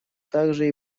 также